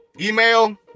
Email